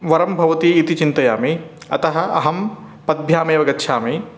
वरं भवति इति चिन्तयामि अतः अहं पादाभ्यामेव गच्छामि